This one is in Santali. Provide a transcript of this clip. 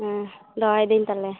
ᱦᱮᱸ ᱫᱚᱦᱚᱭᱫᱟᱹᱧ ᱛᱟᱦᱚᱞᱮ